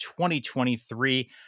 2023